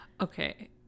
Okay